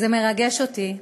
זה מרגש אותי,